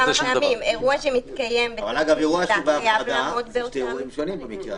אירוע בהפרדה, זה כמו שני אירועים שונים.